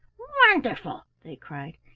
wonderful! they cried.